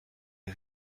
les